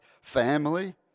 family